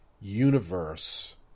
Universe